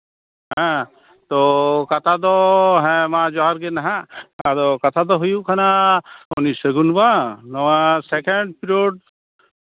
ᱦᱮᱸ ᱛᱳ ᱠᱟᱛᱷᱟ ᱫᱚ ᱦᱮᱸ ᱢᱟ ᱡᱚᱦᱟᱨ ᱜᱮ ᱱᱟᱦᱟᱜ ᱟᱫᱚ ᱠᱟᱛᱷᱟ ᱫᱚ ᱦᱩᱭᱩᱜ ᱠᱟᱱᱟ ᱩᱱᱤ ᱟᱹᱜᱩᱱ ᱵᱟᱝ ᱥᱮᱠᱮᱱᱰ ᱯᱨᱤᱭᱳᱰ